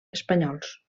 espanyols